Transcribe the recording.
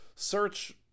Search